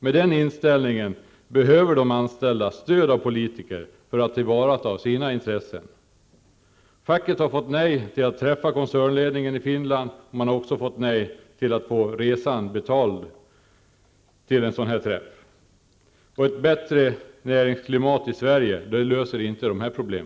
Med den inställningen behöver de anställda stöd av politiker för att tillvarata sina intressen. Facket har fått nej till att träffa koncernledningen i Finland. De har också fått nej till en förfrågan att få en resa betald till en sådan träff i Finland. Ett bättre näringsklimat i Sverige löser inte dessa problem.